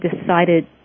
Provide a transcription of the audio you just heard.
decided